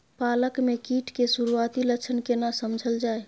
पालक में कीट के सुरआती लक्षण केना समझल जाय?